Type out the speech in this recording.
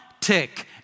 tick